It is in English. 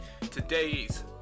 today's